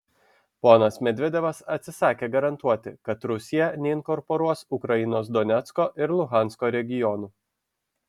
ponas medvedevas atsisakė garantuoti kad rusija neinkorporuos ukrainos donecko ir luhansko regionų